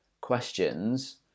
questions